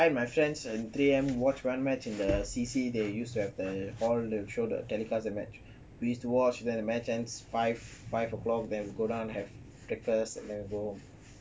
ya I and my friends in three A_M watch one match in the C_C they used to have the hall that show the telecasted match we used to watch then the match ends five o'clock then we go down have breakfast then go home